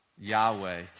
Yahweh